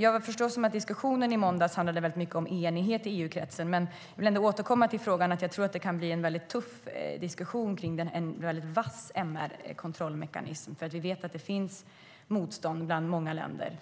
Jag har förstått det som att diskussionen i måndags handlade mycket om enighet i EU-kretsen, men jag vill återkomma till att jag tror att det kan bli en tuff diskussion kring en väldigt vass MR-kontrollmekanism. Vi vet nämligen att det finns motstånd bland många länder.